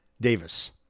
Davis